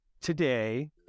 today